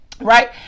Right